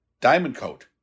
Diamondcoat